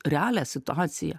realią situaciją